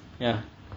ya